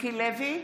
מיקי לוי,